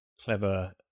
clever